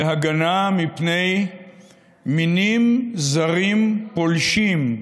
להגנה מפני מינים זרים, פולשים,